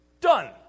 Done